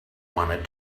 wanted